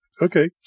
Okay